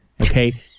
Okay